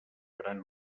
gran